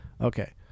Okay